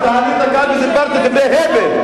אתה עלית כאן ודיברת דברי הבל.